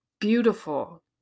beautiful